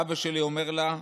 ואבא שלי אומר לה: